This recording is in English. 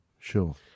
Sure